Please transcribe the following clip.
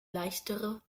leichtere